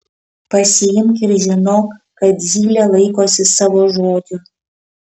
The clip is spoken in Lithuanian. pasiimk ir žinok kad zylė laikosi savo žodžio